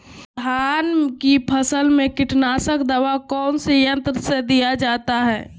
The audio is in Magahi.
धान की फसल में कीटनाशक दवा कौन सी यंत्र से दिया जाता है?